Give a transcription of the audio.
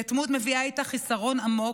יתמות מביאה איתה חיסרון עמוק,